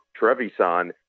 Trevisan